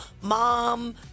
mom